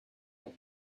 have